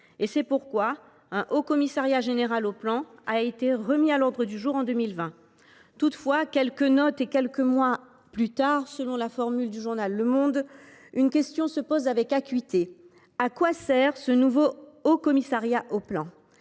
C’est pourquoi un Haut Commissariat au plan et à la prospective a été remis à l’ordre du jour en 2020. Toutefois, quelques notes et quelques mois plus tard, selon la formule du journal, une question se pose avec acuité : à quoi sert ce nouveau Haut Commissariat au plan